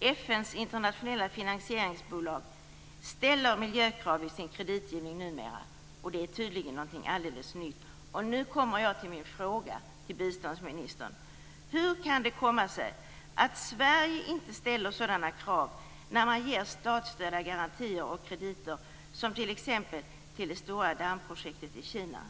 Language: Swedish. FN:s internationella finansieringsbolag, ställer miljökrav i sin kreditgivning numera. Det är tydligen alldeles nytt. Nu kommer jag till min fråga till biståndsministern. Hur kan det komma sig att Sverige inte ställer sådana krav när man ger statsstödda garantier och krediter som t.ex. till det stora dammprojektet i Kina?